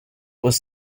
was